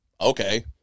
okay